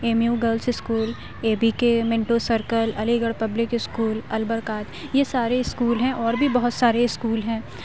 a M U girls school A B K Minto circle Aligarh public school Al-Barkaat یہ سارے school ہیں اور بھی بہت سارے اسکول ہیں